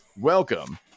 Welcome